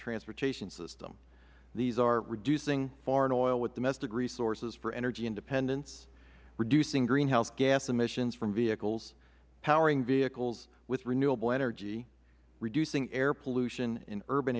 transportation system these are reducing foreign oil with domestic resources for energy independence reducing greenhouse gas emissions from vehicles powering vehicles with renewable energy reducing air pollution in urban